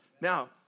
Now